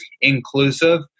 inclusive